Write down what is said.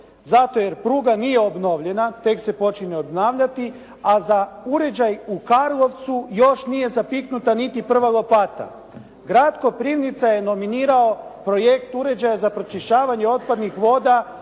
zato jer pruga nije obnovljena tek se počinje obnavljati, a za uređaj u Karlovcu još nije zapiknuta niti prva lopata. Grad Koprivnica je nominirao projekt uređaja za pročišćavanje otpadnih voda,